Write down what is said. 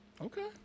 Okay